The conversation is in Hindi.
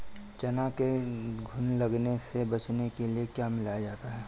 चना में घुन लगने से बचाने के लिए क्या मिलाया जाता है?